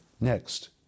Next